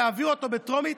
של להביא אותו בטרומית,